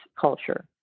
culture